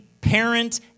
parent